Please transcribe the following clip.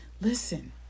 listen